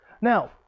Now